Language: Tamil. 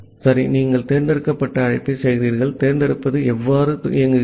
சரி நீங்கள் தேர்ந்தெடுக்கப்பட்ட அழைப்பைச் செய்கிறீர்கள் தேர்ந்தெடுப்பது எவ்வாறு இயங்குகிறது